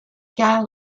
carl